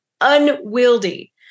unwieldy